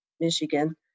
Michigan